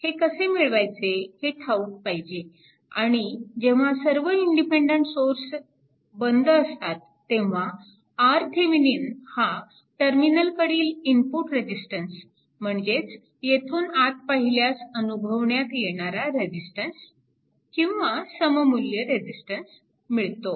हे कसे मिळवायचे हे ठाऊक पाहिजे आणि जेव्हा सर्व इंडिपेन्डन्ट सोर्स बंद असतात तेव्हा RThevenin हा टर्मिनलकडील इनपुट रेजिस्टन्स म्हणजेच येथून आत पाहिल्यास अनुभवण्यात येणारा रेजिस्टन्स किंवा सममुल्य रेजिस्टन्स मिळतो